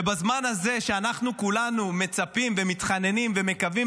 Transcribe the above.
ובזמן הזה שאנחנו כולנו מצפים ומתחננים ומקווים